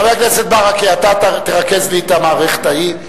חבר הכנסת ברכה, אתה תרכז לי את המערכת ההיא.